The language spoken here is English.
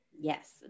Yes